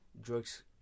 drugs